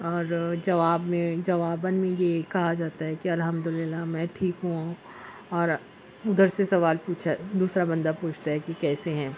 اور جواب میں جواباً میں یہ کہا جاتا ہے کہ الحمد اللہ میں ٹھیک ہوں اور ادھر سے سوال پوچھا دوسرا بندہ پوچھتا ہے کہ کیسے ہیں